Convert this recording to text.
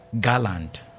gallant